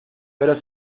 pero